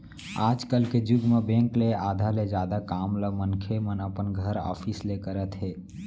आज के जुग म बेंक के आधा ले जादा काम ल मनखे मन अपन घर, ऑफिस ले करत हे